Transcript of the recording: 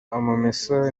amamesa